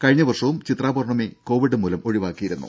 കഴിഞ്ഞ വർഷവും ചിത്രാപൌർണമി കോവിഡ് മൂലം ഒഴിവാക്കിയിരുന്നു